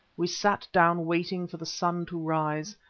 we sat down waiting for the sun to rise,